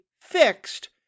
fixed